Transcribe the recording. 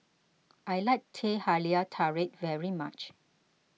I like Teh Halia Tarik very much